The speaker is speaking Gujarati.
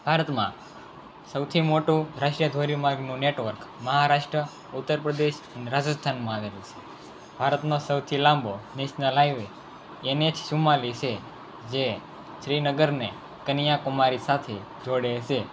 ભારતમાં સૌથી મોટું રાષ્ટ્રીય ધોરીમાર્ગનું નેટવર્ક મહારાષ્ટ્ર ઉત્તર પ્રદેશ રાજસ્થાનમાં આવેલું છે ભારતમાં સૌથી લાંબો નેશનલ હાઈવે એન એચ ચુંમાલીસ છે જે શ્રીનગરને કન્યાકુમારી સાથે જોડે છે